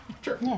Sure